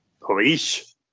Police